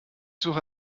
suche